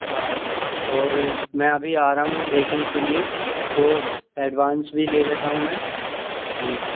हाँ और मैं अभी आ रहा हूँ देखने के लिए तो एडवांस भी ले लेता हूँ मैं इसलिए